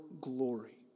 glory